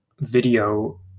video